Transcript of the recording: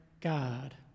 God